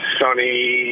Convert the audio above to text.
sunny